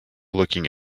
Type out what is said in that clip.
looking